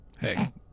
hey